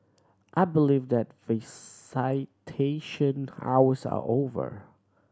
I believe that hours are over